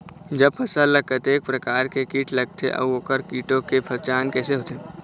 जब फसल ला कतेक प्रकार के कीट लगथे अऊ ओकर कीटों के पहचान कैसे होथे?